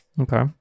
Okay